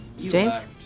James